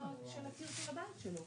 לטפל בו ללא קשר.